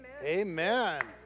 Amen